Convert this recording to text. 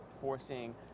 forcing